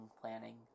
planning